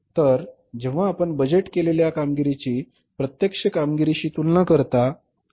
तर जेव्हा आपण बजेट केलेल्या कामगिरीची प्रत्यक्ष कामगिरीशी तुलना करता बरोबर